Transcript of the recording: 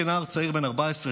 כנער צעיר בן 14,